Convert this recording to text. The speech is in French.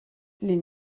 les